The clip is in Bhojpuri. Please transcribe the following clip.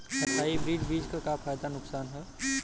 हाइब्रिड बीज क का फायदा नुकसान ह?